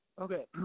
Okay